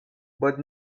but